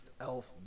elf